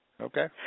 Okay